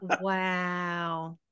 Wow